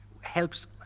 helps